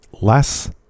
less